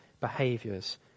behaviors